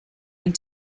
and